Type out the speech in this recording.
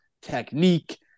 technique